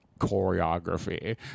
choreography